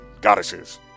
goddesses